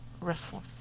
wrestling